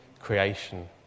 creation